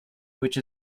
which